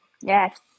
yes